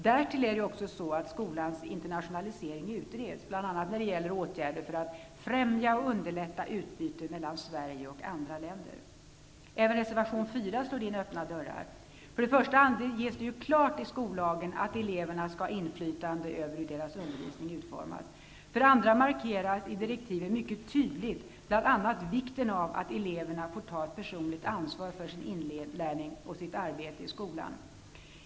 Därtill utreds skolans internationalisering, bl.a. när det gäller åtgärder för att främja och underlätta utbyte mellan Sverige och andra länder. Även i reservation 4 slår man in öppna dörrar. För det första anges klart i skollagen att eleverna skall ha inflytande över hur deras utbildning utformas. För det andra markeras i direktiven tydligt bl.a. vikten av att eleverna får ta ett personligt ansvar för sin inlärning och sitt arbete i skolan.